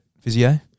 physio